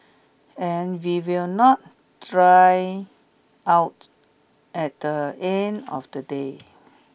and we will not dry out at the end of the day